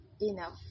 enough